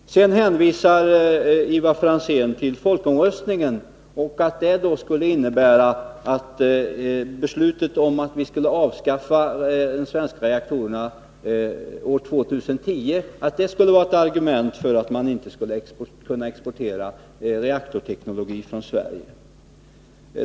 Ivar Franzén hänvisar till folkomröstningen och säger att beslutet om att vi skall avskaffa de svenska reaktorerna år 2010 skulle vara ett argument för att viinte kan exportera reaktorteknologi från Sverige.